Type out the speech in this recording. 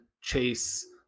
chase